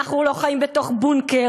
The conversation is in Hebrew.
אנחנו לא חיים בתוך בונקר,